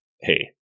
hey